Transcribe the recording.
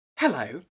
hello